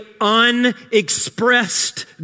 Unexpressed